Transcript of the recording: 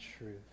truth